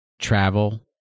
travel